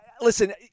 listen